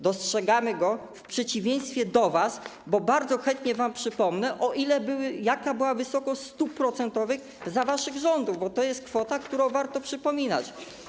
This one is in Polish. Dostrzegamy go w przeciwieństwie do was, bo bardzo chętnie wam przypomnę, jaka była wysokość stóp procentowych za waszych rządów, bo to jest kwota, którą warto przypominać.